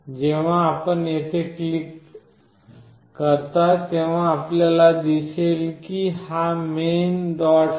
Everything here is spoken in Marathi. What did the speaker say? जेव्हा आपण येथे क्लिक करता तेव्हा आपल्याला दिसेल की हा main